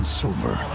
silver